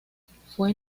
fue